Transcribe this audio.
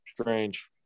strange